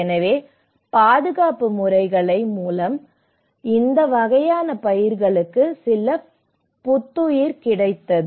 எனவே பாதுகாப்பு முறைகள் மூலம் இந்த வகையான பயிர்களுக்கு சில புத்துயிர் கிடைத்தது